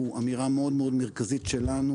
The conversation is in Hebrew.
זו אמירה מאוד מאוד מרכזית שלנו,